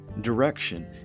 direction